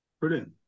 Brilliant